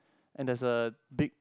and there's a big